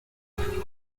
deportes